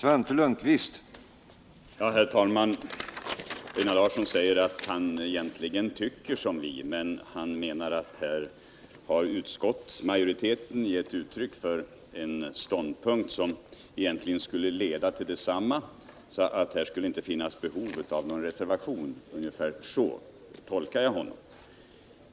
Herr talman! Einar Larsson säger att han egentligen tycker som vi. Han menar att utskottsmajoriteten har gett uttryck för en ståndpunkt som leder till samma resultat som reservationens och att det därför inte skulle finnas behov av någon reservation. Ungefär så tolkar jag hans uttalande.